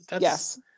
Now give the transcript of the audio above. yes